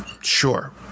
Sure